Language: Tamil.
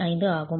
5 ஆகும்